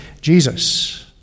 Jesus